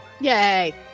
Yay